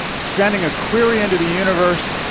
sending a query into the universe,